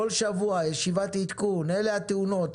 כל שבוע ישיבת עדכון: אלה התאונות,